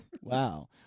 wow